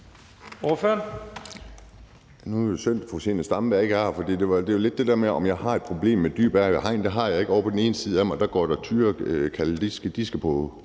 overføres